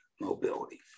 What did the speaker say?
mobility